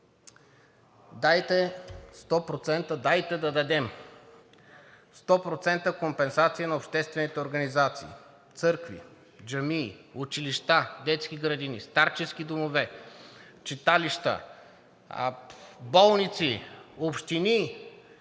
дайте да дадем 100% компенсация на обществените организации, църкви, джамии, училища, детски градини, старчески домове, читалища, болници, общини